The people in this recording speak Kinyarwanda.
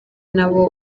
nabo